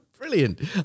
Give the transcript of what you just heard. Brilliant